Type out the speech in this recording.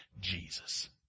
Jesus